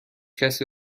کسی